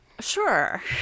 Sure